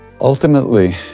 Ultimately